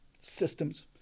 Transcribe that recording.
Systems